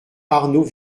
arnaud